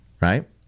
right